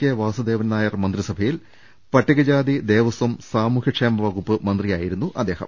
K Vasudevan Nair മന്ത്രിസഭയിൽ പട്ടികജാതി ദേവസ്വം സാമൂഹ്യക്ഷേമ വകുപ്പ് മന്ത്രി യായിരുന്നു അദ്ദേഹം